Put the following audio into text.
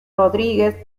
rodriguez